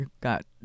got